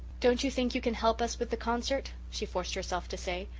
don't you think you can help us with the concert, she forced herself to say.